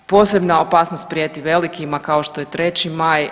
Posebna opasnost prijeti velikima kao što je 3. Maj.